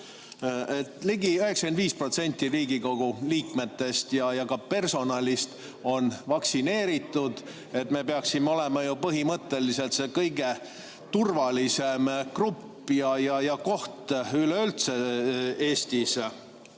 Ligi 95% Riigikogu liikmetest ja ka personalist on vaktsineeritud. Me peaksime olema ju põhimõtteliselt see kõige turvalisem grupp ja koht üleüldse Eestis.